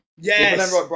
Yes